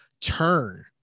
turn